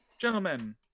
Gentlemen